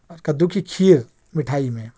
اور کدّو کی کھیر مٹھائی میں